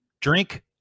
drink